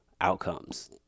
outcomes